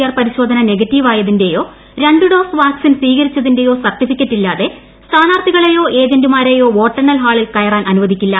R പരിശോധന negative ആയതിന്റെയോ ്രണ്ടുഡോസ് വാക്സിൻ സ്വീകരിച്ചതിന്റെയോ സർട്ടിഫിക്കറ്റ് ഇല്ലാത്തെ സ്ഥാനാർഥികളേയോ ഏജന്റുമാരേയോ വോട്ടെണ്ണൽ ഹാളിൽ കയറാൻ അനുവദിക്കില്ല